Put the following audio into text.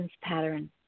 pattern